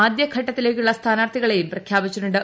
ആദ്യ ഘട്ടത്തിലേക്കുള്ള സ്ഥാനാർത്ഥികളേയും പ്രഖ്യാപിച്ചിട്ടുണ്ട്